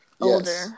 Older